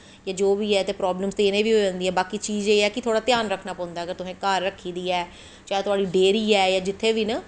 ते जो बा है प्रावलम ते इनेंगी बी होई जंदी ऐ ते इक चीज़ एह् ऐ कि तुसे तुआढ़ा ध्यान रक्खनां पौंदा अगर तुसें घर रक्खी दी ऐ ते जां तुआढ़ी डेरी ऐ जां जित्थें बी न